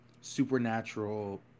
supernatural